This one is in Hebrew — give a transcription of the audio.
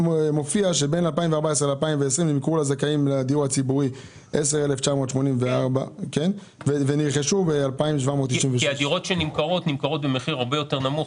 נמכרו לזכאים לדיור הציבורי 10,984 ונרכשו 2,796. כי הדירות שנמכרות נמכרות במחיר הרבה יותר נמוך